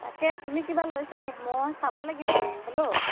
তাকে তুমি কিবা লৈছা নি মই চাব লাগিব হেল্ল'